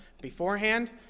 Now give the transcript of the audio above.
beforehand